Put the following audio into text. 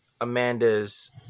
Amanda's